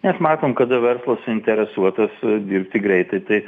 mes matom kada verslas suinteresuotas dirbti greitai tai